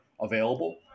available